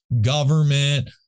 government